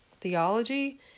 theology